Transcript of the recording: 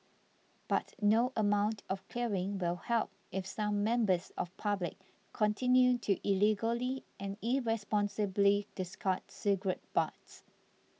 but no amount of clearing will help if some members of public continue to illegally and irresponsibly discard cigarette butts